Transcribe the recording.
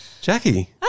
Jackie